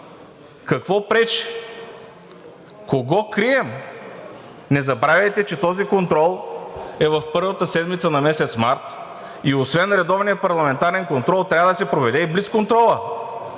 Какво пречи?! Кого крием?! Не забравяйте, че този контрол е в първата седмица на месец март и освен редовния парламентарен контрол, трябва да се проведе и блицконтролът.